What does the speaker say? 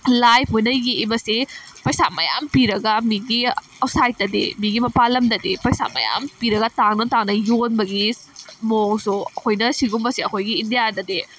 ꯂꯥꯏ ꯃꯣꯏꯅ ꯌꯦꯛꯏꯕꯁꯤ ꯄꯩꯁꯥ ꯃꯌꯥꯝ ꯄꯤꯔꯒ ꯃꯤꯒꯤ ꯑꯥꯎꯠꯁꯥꯏꯠꯇꯗꯤ ꯃꯤꯒꯤ ꯃꯄꯥꯟ ꯂꯝꯗꯗꯤ ꯄꯩꯁꯥ ꯃꯌꯥꯝ ꯄꯤꯔꯒ ꯇꯥꯡꯅ ꯇꯥꯡꯅ ꯌꯣꯟꯕꯒꯤ ꯃꯑꯣꯡꯁꯨ ꯑꯩꯈꯣꯏꯅ ꯁꯤꯒꯨꯝꯕꯁꯤ ꯑꯩꯈꯣꯏꯒꯤ ꯏꯟꯗꯤꯌꯥꯗꯗꯤ